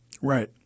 Right